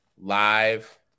live